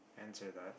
answer that